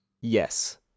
Yes